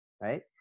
right